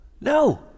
No